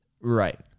Right